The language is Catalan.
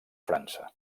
frança